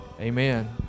Amen